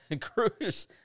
Cruz